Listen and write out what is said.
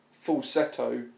falsetto